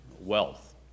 wealth